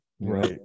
right